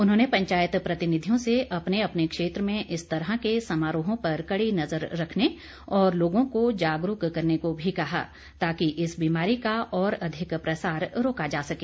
उन्होंने पंचायत प्रतिनिधियों से अपने अपने क्षेत्र में इस तरह के समारोहों पर कड़ी नज़र रखने और लोगों को जागरूक करने को भी कहा ताकि इस बीमारी का और अधिक प्रसार रोका जा सके